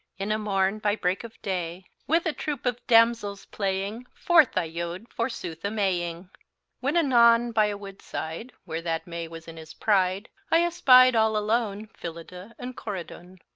in a morne by break of daye, with a troope of damselles playing forthe i yode forsooth a maying when anon by a wood side, where that maye was in his pride, i espied all alone phillida and corydon.